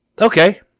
okay